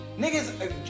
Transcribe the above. Niggas